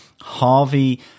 Harvey